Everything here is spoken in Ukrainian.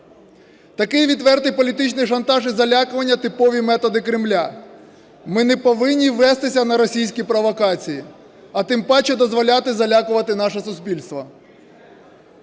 Такий відвертий політичний шантаж і залякування – типові методи Кремля. Ми не повинні вестися на російські провокації, а тим паче дозволяти залякувати наше суспільство.